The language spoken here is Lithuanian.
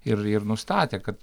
ir ir nustatė kad